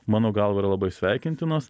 mano galva yra labai sveikintinos